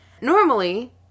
Normally